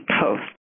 post